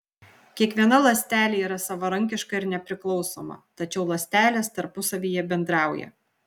kiekviena ląstelė yra savarankiška ir nepriklausoma tačiau ląstelės tarpusavyje bendrauja